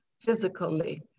physically